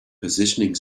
positioning